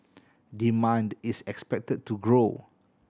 demand is expected to grow